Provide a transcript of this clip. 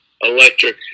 Electric